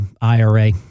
IRA-